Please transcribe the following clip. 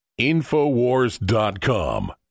InfoWars.com